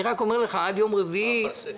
תודה רבה,